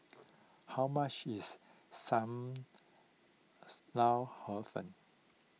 how much is Sam Lau Hor Fun